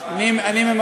אני לא רואה שר פה באולם.